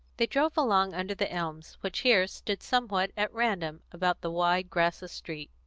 they drove along under the elms which here stood somewhat at random about the wide, grassless street,